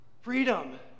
Freedom